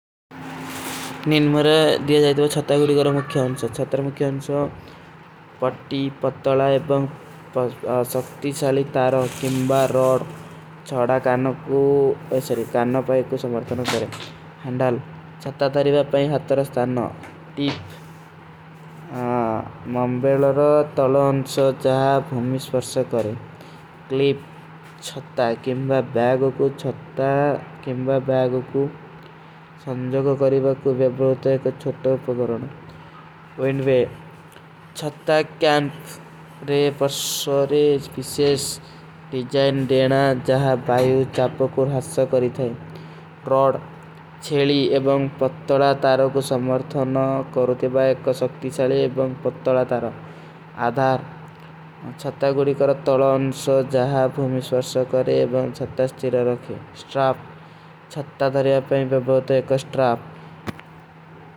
ନିନ ମେରେ ଦିଯା ଜାଯତେ ବାଈ ଛତ୍ତା ଗୁରୀ କର ମୁଖ୍ଯା ହୋନ୍ଛା। ଛତ୍ତର ମୁଖ୍ଯା ହୋନ୍ଛା। ପଟୀ, ପତଲା ଏବଂଗ, ଶକ୍ତି ଶାଲୀ ତାରା କେଂବା ରୋଡ। ଛଡା କାନୋ କୂ, ଐସରୀ କାନୋ ପାଏ କୂ ସମର୍ଥନ କରେଂ। ହନ୍ଡାଲ ଛତ୍ତା କେଂବା ବୈଗୋ କୂ, ଛତ୍ତା କେଂବା ବୈଗୋ କୂ ସମଝୋ କୋ କରୀ ବାଈ କୂ ବେବଲୋତ ଏକ ଛଟୋ ପଗରୋନ ଵିଂଡଵେ। ଛତ୍ତା କେଂପ ରେ ପର୍ସୋରେ ଵିଶେଷ ଡିଜାଇନ ଦେନା ଜହା ବାଯୂ ଚାପକୋ ରହସା କରୀ ଥୈ। ରୋଡ। ଛେଲୀ ଏବଂଗ ପତ୍ତୁଲା ତାରୋ କୂ ସମର୍ଥନ କରୋତେ ବାଏ କୂ ସକ୍ତି ଚଲେ ଏବଂଗ ପତ୍ତୁଲା ତାରୋ ଆଧାର। ଛତ୍ତା ଗୁରୀ କରୋ ତଲଣ ସୋ ଜହା ଭୁମିଶ୍ଵର୍ସୋ କରେ ଏବଂଗ ଛତ୍ତା ସ୍ଥିରେ ରଖେ ସ୍ଟ୍ରାପ। ଛତ୍ତା ଧର୍ଯା ପେଂବେ ବହୁତ ଏକ ସ୍ଟ୍ରାପ।